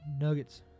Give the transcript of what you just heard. nuggets